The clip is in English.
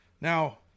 Now